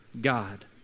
God